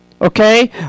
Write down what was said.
okay